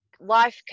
life